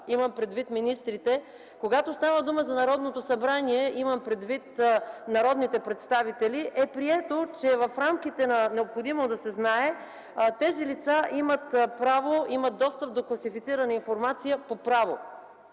имам предвид министрите, когато става дума за Народното събрание, имам предвид народните представители, е прието, че в рамките на „необходимост да се знае” тези лица имат достъп до класифицирана информация по право.